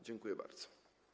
Dziękuję bardzo.